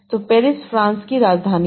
तो Paris France की राजधानी है